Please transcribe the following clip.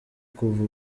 kuva